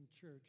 church